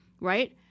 right